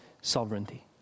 sovereignty